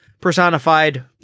personified